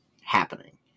happening